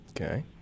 Okay